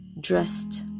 dressed